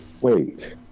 wait